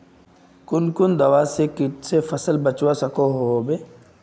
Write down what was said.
कुन कुन दवा से किट से फसल बचवा सकोहो होबे?